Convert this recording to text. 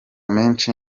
menshi